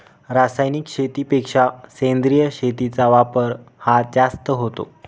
रासायनिक शेतीपेक्षा सेंद्रिय शेतीचा वापर हा जास्त होतो